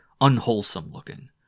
unwholesome-looking